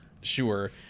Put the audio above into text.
sure